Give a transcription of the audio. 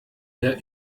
der